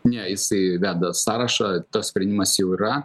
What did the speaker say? ne jisai veda sąrašą tas sprendimas jau yra